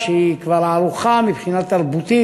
והמטרה שלה היא בעיקר לשפר את כל שרשרת הטיפול בפסולת במדינת